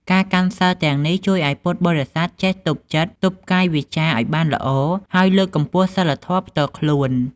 ការកាន់សីលទាំងនេះជួយឱ្យពុទ្ធបរិស័ទចេះទប់ចិត្ត ទប់កាយវាចាឱ្យបានល្អ ហើយលើកកម្ពស់សីលធម៌ផ្ទាល់ខ្លួន។